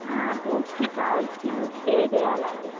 టూర్స్కి ట్రావెల్స్కి పే చేయాలి అండీ